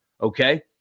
Okay